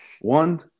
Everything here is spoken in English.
one